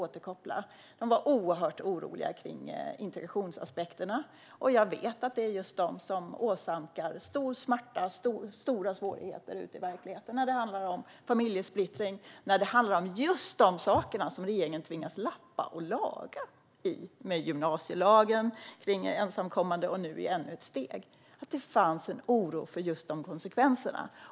Inom civilsamhället var man oerhört orolig för integrationsaspekterna. Jag vet att just dessa åsamkar stor smärta och stora svårigheter ute i verkligheten när det handlar om familjesplittring och de saker som regeringen tvingas lappa och laga i genom gymnasielagen för ensamkommande och nu ännu ett steg. Det fanns en oro för just de konsekvenserna.